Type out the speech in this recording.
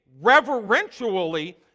reverentially